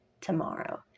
tomorrow